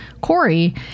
Corey